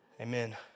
Amen